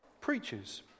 preaches